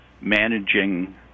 managing